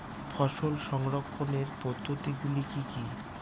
ফসল সংরক্ষণের পদ্ধতিগুলি কি কি?